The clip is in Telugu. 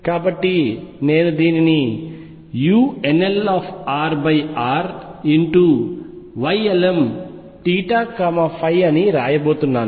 కాబట్టి నేను దీనిని unlrrYlmθϕ అని వ్రాయబోతున్నాను